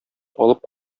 алып